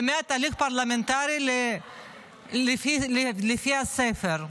באמת הליך פרלמנטרי לפי הספר.